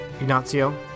Ignazio